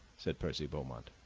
said percy beaumont.